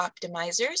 Optimizers